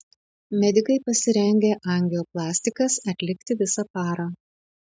medikai pasirengę angioplastikas atlikti visą parą